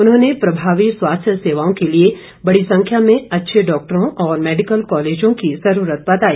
उन्होंने प्रभावी स्वास्थ्य सेवाओं के लिए बड़ी संख्या में अच्छे डॉक्टरों और मेडिकल कॉलेजों की जरूरत बताई